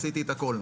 עשיתי את הכול.